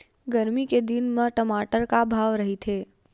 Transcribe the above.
गरमी के दिन म टमाटर का भाव रहिथे?